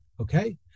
okay